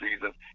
season